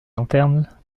lanterne